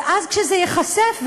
וכשזה ייחשף,